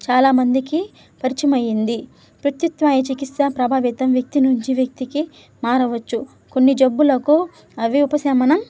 చాలా మందికి పరిచిమయ్యంది ప్రత్యమ్నాయ చికిత్స ప్రభావం వ్యక్తి నుంచి వ్యక్తికి మారవచ్చు కొన్ని జబ్బులకు అవి ఉపశమనం